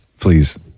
Please